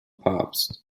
papst